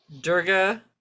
Durga